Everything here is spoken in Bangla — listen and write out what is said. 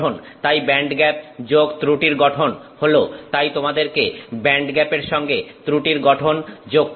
তাই ব্যান্ডগ্যাপ যোগ ত্রুটির গঠন হল তাই তোমাদেরকে ব্যান্ডগ্যাপের সঙ্গে ত্রুটির গঠন যোগ করতে হবে